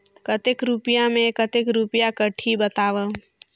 कतेक रुपिया मे कतेक रुपिया कटही बताव?